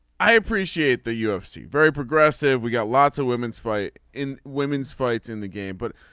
i appreciate the ufc very progressive. we got lots of women's fight in women's fights in the game but